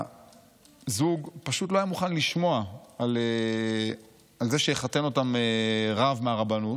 שהזוג פשוט לא היה מוכן לשמוע על זה שיחתן אותם רב מהרבנות,